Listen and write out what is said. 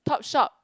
Top Shop